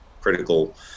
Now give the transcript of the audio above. critical